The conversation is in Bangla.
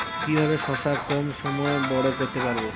কিভাবে শশা কম সময়ে বড় করতে পারব?